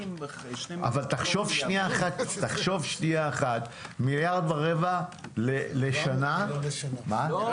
אבל תחשוב שנייה אחת מיליארד ורבע לשנה --- אני רוצה